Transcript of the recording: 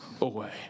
away